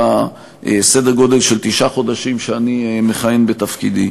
בסדר גודל של תשעה חודשים שאני מכהן בתפקידי.